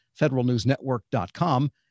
federalnewsnetwork.com